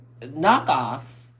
knockoffs